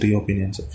opinions